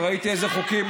וראיתי איזה חוקים,